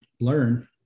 learn